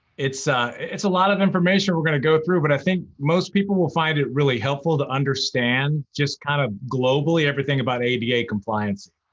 it's ah it's a lot of information we're going to go through, but i think most people will find it really helpful to understand just kind of globally everything about ada compliance.